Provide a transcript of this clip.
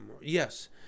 Yes